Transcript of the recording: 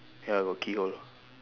ya got key hole